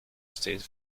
state